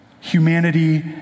humanity